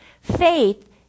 Faith